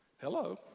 hello